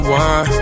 one